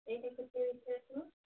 ଏଇଟା କେତେ ରେଟ୍ ଆସିବ